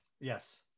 Yes